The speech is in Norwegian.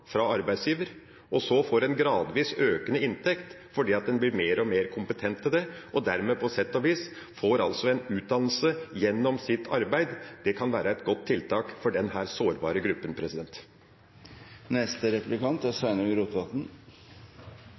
Og så får en gradvis økende inntekt fordi en blir mer og mer kompetent, og dermed får en på sett og vis utdannelse gjennom arbeid. Det kan være et godt tiltak for denne sårbare gruppa. Eg oppfattar at representanten Lundteigen er